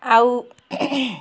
ଆଉ